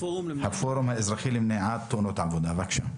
הפורום האזרחי למניעת תאונות עבודה, בבקשה.